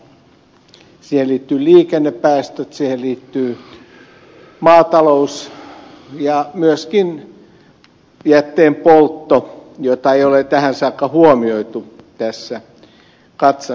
siihen liittyvät liikennepäästöt siihen liittyy maatalous ja myöskin jätteenpoltto jota ei ole tähän saakka huomioitu tässä katsannossa